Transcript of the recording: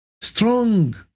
strong